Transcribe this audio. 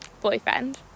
boyfriend